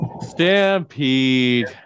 stampede